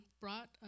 brought